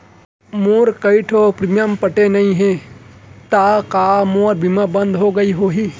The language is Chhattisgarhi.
मोर कई ठो प्रीमियम पटे नई हे ता का मोर बीमा बंद हो गए होही?